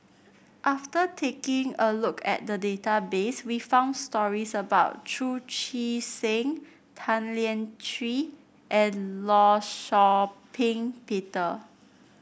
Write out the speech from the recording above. after taking a look at the database we found stories about Chu Chee Seng Tan Lian Chye and Law Shau Ping Peter